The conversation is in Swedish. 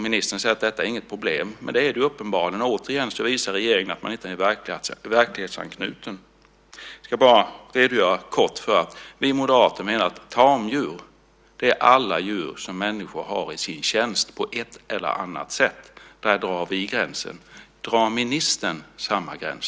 Ministern säger att detta inte är något problem, men det är det ju uppenbarligen. Återigen visar regeringen att den inte är verklighetsanknuten. Vi moderater menar att tamdjur är alla djur som människor har i sin tjänst på ett eller annat sätt. Där drar vi gränsen. Drar ministern samma gräns?